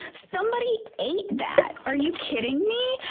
somebody ate that. are you kidding me?